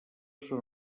són